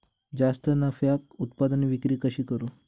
जास्त नफ्याक उत्पादन विक्री कशी करू?